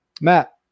Matt